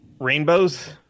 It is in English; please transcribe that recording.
Rainbows